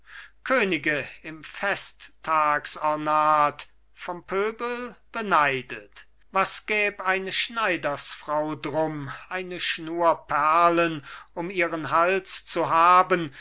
könige im festtagsornat vom pöbel beneidet was gäb eine schneidersfrau drum eine schnur perlen um ihren hals zu haben